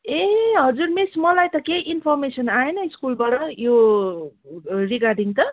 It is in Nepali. ए हजुर मिस मलाई त केही इन्फोर्मेसन आएन स्कुलबाट यो रिगार्डिङ त